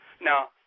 Now